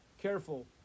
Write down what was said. careful